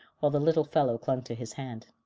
while the little fellow clung to his hand.